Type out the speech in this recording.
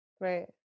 Right